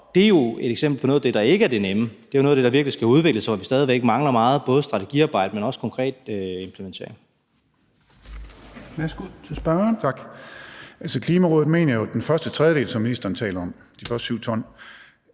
det er jo et eksempel på noget af det, der ikke er det nemme – det er noget af det, der virkelig skal udvikles, og hvor vi stadig væk mangler meget, både strategiarbejde, men også konkret implementering.